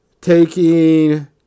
taking